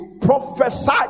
prophesy